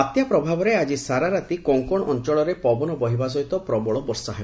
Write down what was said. ବାତ୍ୟା ପ୍ରଭାବରେ ଆଜି ସାରା ରାତି କୋଙ୍କଣ ଅଞ୍ଚଳରେ ପବନ ବହିବା ସହ ପ୍ରବଳ ବର୍ଷା ହେବ